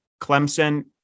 Clemson